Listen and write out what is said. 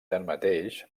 tanmateix